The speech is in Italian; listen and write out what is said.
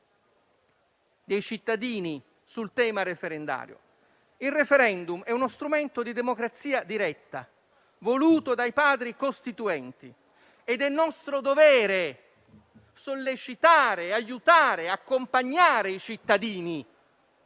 dei cittadini sul tema referendario. Il *referendum* è uno strumento di democrazia diretta, voluto dai Padri costituenti ed è nostro dovere sollecitare, aiutare e accompagnare i cittadini